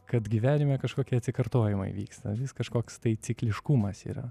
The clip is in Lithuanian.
kad gyvenime kažkokie atsikartojimai vyksta vis kažkoks tai cikliškumas yra